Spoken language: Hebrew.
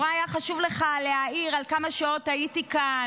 החוק הזה פשוט,